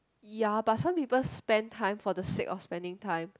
ya but some people spend time for the sake of spending time